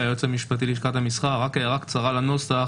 רק הערה קצרה לנוסח